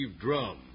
Drum